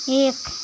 एक